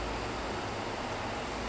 like interesting then like